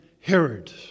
Herod